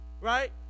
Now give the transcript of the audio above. Right